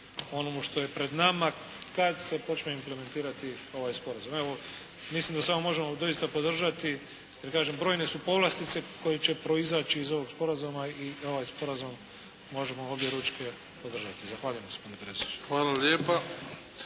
onomu što je pred nama kad se počne implementirati ovaj sporazum. Evo, mislim da samo možemo doista podržati, jer kažem brojne su povlastice koje će proizaći iz ovog sporazuma i ovaj sporazum možemo objeručke podržati. Zahvaljujem. **Bebić, Luka (HDZ)** Hvala lijepa.